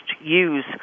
use